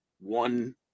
One